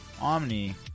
Omni